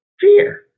fear